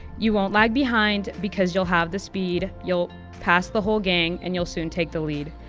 you won't lag behind, because you'll have the speed. you'll pass the whole gang and you'll soon take the lead.